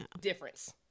difference